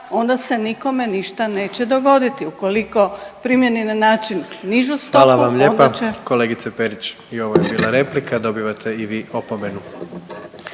onda se nikome ništa neće dogoditi. Ukoliko primjeni na način nižu stopu, onda će … **Jandroković, Gordan (HDZ)** Hvala vam lijepa, kolegice Perić, i ovo je bila replika. Dobivate i vi opomenu.